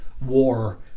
war